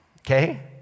okay